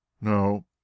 No